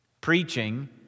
Preaching